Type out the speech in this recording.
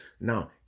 Now